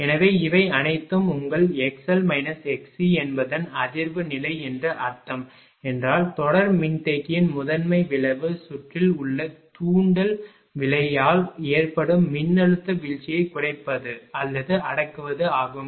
எனவே இவை அனைத்தும் உங்கள் xl xc என்பது அதிர்வு நிலை என்று அர்த்தம் என்றால் தொடர் மின்தேக்கியின் முதன்மை விளைவு சுற்றில் உள்ள தூண்டல் வினையால் ஏற்படும் மின்னழுத்த வீழ்ச்சியைக் குறைப்பது அல்லது அடக்குவது ஆகும்